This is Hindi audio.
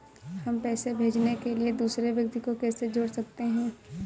हम पैसे भेजने के लिए दूसरे व्यक्ति को कैसे जोड़ सकते हैं?